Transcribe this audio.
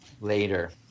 later